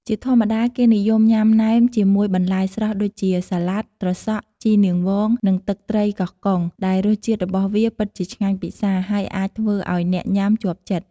ជាធម្មតា គេនិយមញ៉ាំណែមជាមួយបន្លែស្រស់ដូចជា សាលាដ ត្រសក់ ជីនាងវង និងទឹកត្រីកោះកុង ដែលរសជាតិរបស់វាពិតជាឆ្ងាញ់ពិសា ហើយអាចធ្វើឱ្យអ្នកញ៉ាំជាប់ចិត្ត។